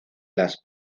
las